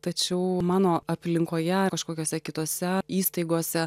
tačiau mano aplinkoje kažkokiose kitose įstaigose